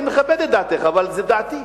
אני מכבד את דעתך, אבל זו דעתי.